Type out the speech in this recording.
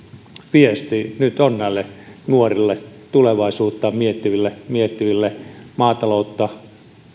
viesti nyt on näille nuorille tulevaisuuttaan miettiville miettiville maataloutta